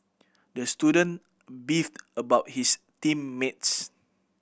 the student beefed about his team mates